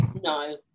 No